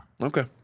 Okay